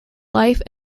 life